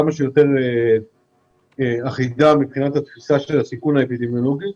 ככל האפשר מבחינת תפיסת הסיכון האפידמיולוגי.